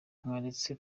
mwaretse